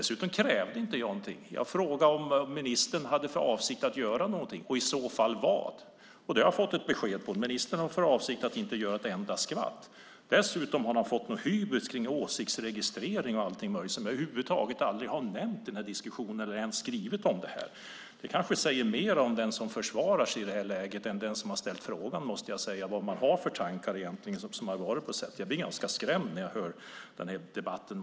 Jag krävde inte någonting. Jag frågade om ministern hade för avsikt att göra någonting och i så fall vad. Det har jag fått besked om. Ministern har för avsikt att inte göra ett skvatt. Dessutom har man drabbats av något slags skräck när det gäller åsiktsregistrering och allt möjligt, något som jag över huvud taget inte nämnt i denna diskussion eller ens skrivit om. Det kanske säger mer om den som försvarar sig i det här läget, vilka tankar man egentligen har, än om den som ställt frågan. Jag blir ganska skrämd när jag hör den här debatten.